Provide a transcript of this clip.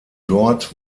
dort